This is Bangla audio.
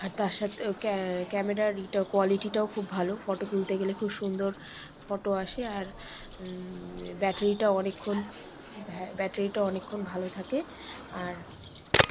আর তার সাথে ক্যা ক্যামেরার ইটা কোয়ালিটিটাও খুব ভালো ফটো তুলতে গেলে খুব সুন্দর ফটো আসে আর ব্যাটারিটাও অনেকক্ষণ ব্যাটারিটা অনেকক্ষণ ভালো থাকে আর